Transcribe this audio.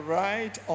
right